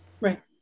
right